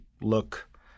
look